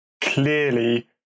clearly